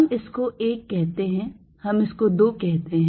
हम इसको 1 कहते हैं हम इसको 2 कहते हैं